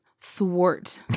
thwart